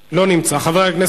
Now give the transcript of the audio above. לסדר-היום.